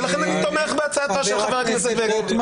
ולכן אני תומך בהצעתו של חבר הכנסת בגין.